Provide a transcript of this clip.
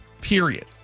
period